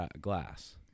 glass